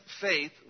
faith